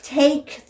take